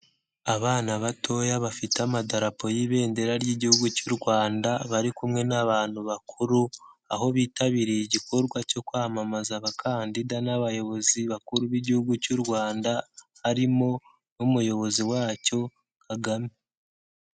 Abana batoya bafite Amadarapo y'Ibendera ry'Igihugu cy'u Rwanda bari kumwe n'abantu bakuru, aho bitabiriye igikorwa cyo kwamamaza abakandida n'abayobozi bakuru b'igihugu cy'u Rwanda, harimo n'umuyobozi wa cyo Kagame.